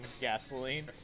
gasoline